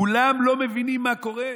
כולם לא מבינים מה קורה?